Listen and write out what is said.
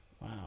Wow